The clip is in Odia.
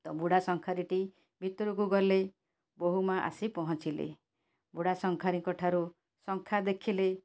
ତ ବୁଢ଼ା ଶଙ୍ଖାରିଟି ଭିତରକୁ ଗଲେ ବୋହୂମା ଆସି ପହଁଚିଲେ ବୁଢ଼ା ଶଙ୍ଖାରିଙ୍କ ଠାରୁ ଶଙ୍ଖା ଦେଖିଲେ